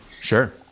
Sure